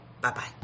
Bye-bye